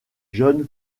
john